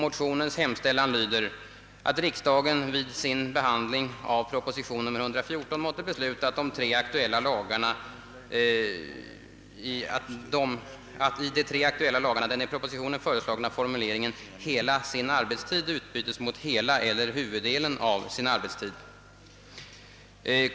Motionens hemställan lyder, att riksdagen vid sin behandling av proposition nr 114 måtte besluta att i de tre aktuella lagarna den i propositionen föreslagna formuleringen »hela sin arbetstid» utbytes mot »hela eller huvuddelen av sin arbetstid».